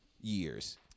years